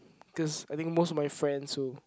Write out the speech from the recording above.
cause I think most of my friends who